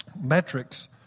metrics